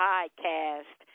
Podcast